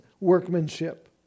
workmanship